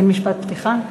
אין משפט פתיחה?